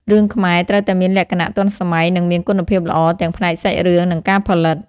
រឿងខ្មែរត្រូវតែមានលក្ខណៈទាន់សម័យនិងមានគុណភាពល្អទាំងផ្នែកសាច់រឿងនិងការផលិត។